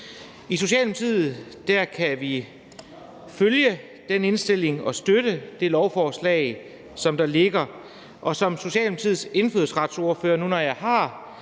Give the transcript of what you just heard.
I Socialdemokratiet kan vi følge den indstilling og støtte det lovforslag, der ligger, og som Socialdemokratiets indfødsretsordfører vil jeg også,